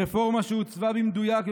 רפורמה שעוצבה במדויק,